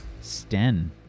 Sten